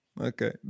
okay